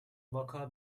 vaka